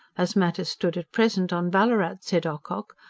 as matters stood at present on ballarat, said ocock,